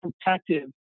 protective